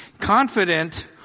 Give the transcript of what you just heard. Confident